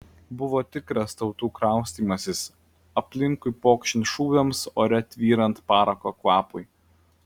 buvo tikras tautų kraustymasis aplinkui pokšint šūviams ore tvyrant parako kvapui